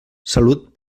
salut